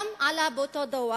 מאותו דוח